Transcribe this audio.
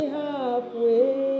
halfway